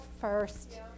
first